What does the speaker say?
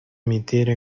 emitiera